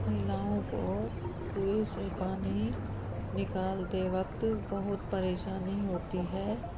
महिलाओं को कुएँ से पानी निकालते वक्त बहुत परेशानी होती है